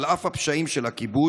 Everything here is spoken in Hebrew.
על אף הפשעים של הכיבוש,